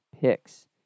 picks